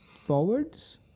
forwards